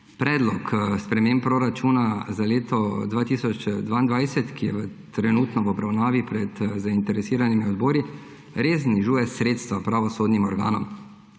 Predlog sprememb proračuna za leto 2022, ki je trenutno v obravnavi pred zainteresiranimi odbori, res znižuje sredstva pravosodnim organom,